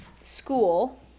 school